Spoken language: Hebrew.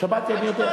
עד שבא השר,